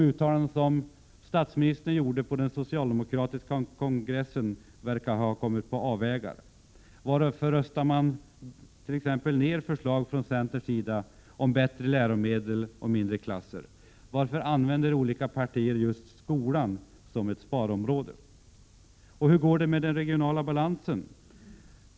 uttalanden som statsministern gjorde på den socialdemokratiska kongressen verkar ha kommit på avvägar. Varför röstar man t.ex. ned förslag från centern om bättre läromedel och mindre klasser? Varför använder olika partier just skolan som sparområde? Och hur går det med den regionala balansen?